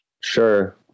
Sure